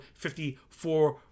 54